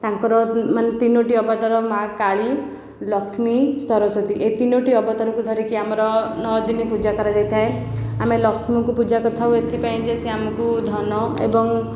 ତାଙ୍କର ମାନେ ତିନୋଟି ଅବତାର ମାଆ କାଳୀ ଲକ୍ଷ୍ମୀ ସରସ୍ଵତୀ ଏହି ତିନୋଟି ଅବତାରଙ୍କୁ ଧରିକି ଆମର ନଅ ଦିନ ପୂଜା କରାଯାଇଥାଏ ଆମେ ଲକ୍ଷ୍ମୀଙ୍କୁ ପୂଜା କରିଥାଉ ଏଥିପାଇଁ ଯେ ସେ ଆମକୁ ଧନ ଏବଂ